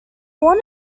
born